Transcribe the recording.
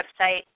website